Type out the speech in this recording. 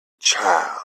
child